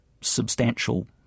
substantial